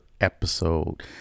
episode